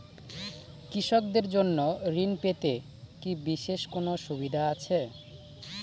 কৃষকদের জন্য ঋণ পেতে কি বিশেষ কোনো সুবিধা আছে?